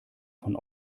von